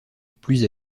plus